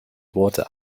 water